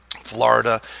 Florida